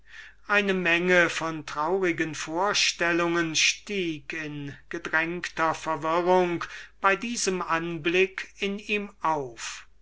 eine menge von traurigen vorstellungen stieg in gedrängter verwirrung bei diesem anblick in ihm auf